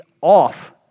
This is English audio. off